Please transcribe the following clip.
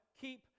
keep